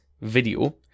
video